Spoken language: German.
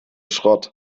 schrott